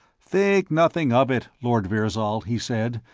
think nothing of it, lord virzal, he said,